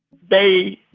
they